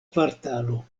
kvartalo